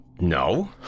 no